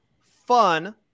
fun